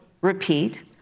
repeat